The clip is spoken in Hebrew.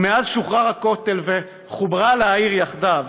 ומאז שוחרר הכותל וחוברה לה העיר יחדיו,